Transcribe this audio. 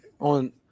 on